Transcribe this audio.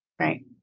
Right